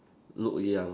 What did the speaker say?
look young